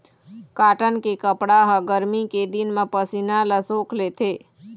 cotton के कपड़ा ह गरमी के दिन म पसीना ल सोख लेथे